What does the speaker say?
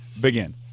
begin